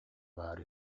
баар